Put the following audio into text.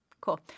Cool